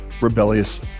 rebellious